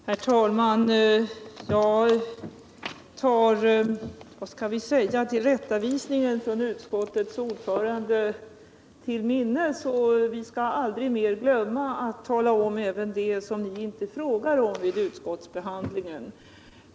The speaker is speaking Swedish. Herr talman! Jag lägger tillrättavisningen från utskottets ordförande på minnet. Vi skall aldrig mer glömma att tala om även det ni inte frågar om vid utskottsbehandlingen.